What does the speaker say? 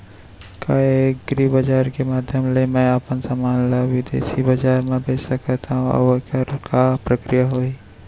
का एग्रीबजार के माधयम ले मैं अपन समान ला बिदेसी बजार मा बेच सकत हव अऊ एखर का प्रक्रिया होही?